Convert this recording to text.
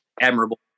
admirable